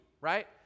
right